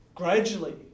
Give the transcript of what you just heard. Gradually